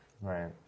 Right